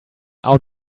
out